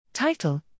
Title